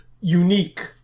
unique